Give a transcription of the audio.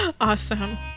Awesome